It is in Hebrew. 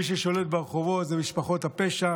מי ששולט ברחובות אלו משפחות הפשע